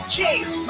Chase